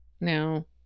now